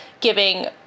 giving